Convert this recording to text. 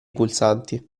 pulsanti